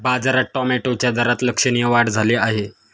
बाजारात टोमॅटोच्या दरात लक्षणीय वाढ झाली आहे